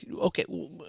Okay